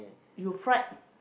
you fried